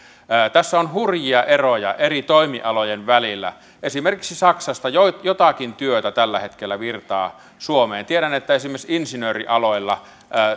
tässä on hurjia eroja eri toimialojen välillä esimerkiksi saksasta jotakin jotakin työtä tällä hetkellä virtaa suomeen tiedän että esimerkiksi insinöörialoilla